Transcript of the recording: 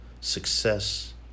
success